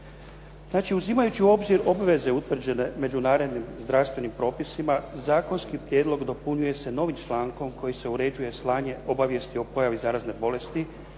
Znači uzimajući u obzir obaveze utvrđene međunarodnim zdravstvenim propisima, zakonski prijedlog dopunjuje se novim člankom koji se uređuje slanje obavijesti o pojavi zarazne bolesti,